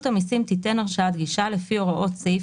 המסים תיתן הרשאת גישה לפי הוראות סעיף